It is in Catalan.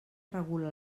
regula